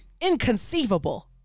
Inconceivable